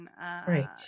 Right